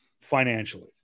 financially